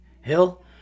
Hill